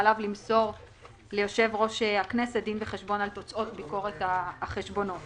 עליו למסור ליושב-ראש הכנסת דין וחשבון על תוצאות ביקורת החשבונות.